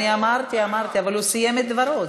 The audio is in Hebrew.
אמרתי, אבל הוא סיים את דברו.